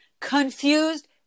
confused